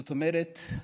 זאת אומרת,